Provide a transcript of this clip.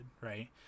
Right